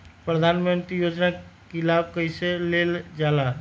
प्रधानमंत्री योजना कि लाभ कइसे लेलजाला?